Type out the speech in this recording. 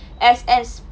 as as